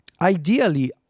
ideally